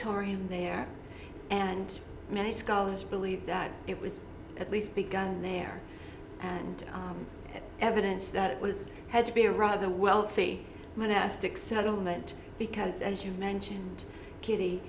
or him there and many scholars believe that it was at least begun there and evidence that it was had to be a rather wealthy monastic settlement because as you mentioned kitty